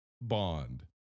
Bond